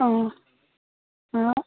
ഓ ആ